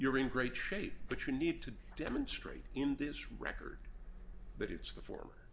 you're in great shape but you need to demonstrate in this record that it's the for